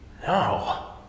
no